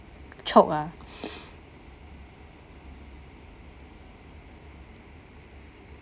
choke ah